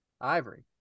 Ivory